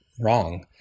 wrong